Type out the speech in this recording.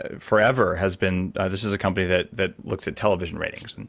ah forever, has been, this is a company that that looks at television ratings, and